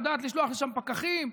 יודעת לשלוח לשם פקחים.